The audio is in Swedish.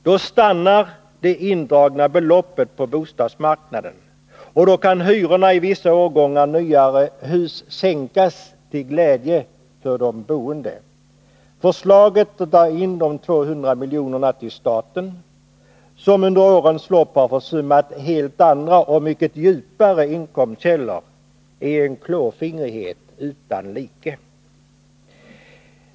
Då stannar det indragna beloppet på bostadsmarknaden, och då kan hyrorna i vissa årgångar nyare hus sänkas till glädje för de boende. Förslaget att dra in de 200 miljonerna till staten, som under årens lopp har försummat helt andra och mycket djupare inkomstkällor, är en klåfingrighet utan like.